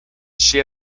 she